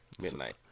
midnight